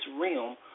realm